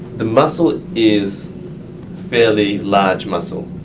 the muscle is fairly large muscle.